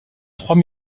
trois